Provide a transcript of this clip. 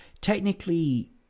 technically